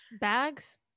Bags